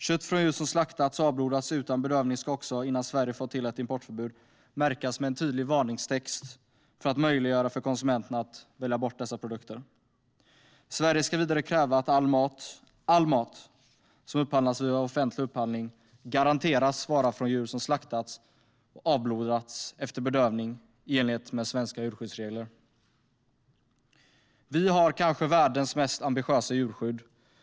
Kött från djur som slaktats och avblodats utan bedövning ska också, innan Sverige fått till ett importförbud, märkas med en tydlig varningstext för att möjliggöra för konsumenterna att välja bort dessa produkter. Sverige ska vidare kräva att all mat - all mat - som upphandlas via offentlig upphandling garanteras vara från djur som slaktats och avblodats efter bedövning, i enlighet med svenska djurskyddsregler. Vi har kanske världens mest ambitiösa djurskydd.